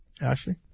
Ashley